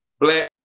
black